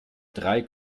drei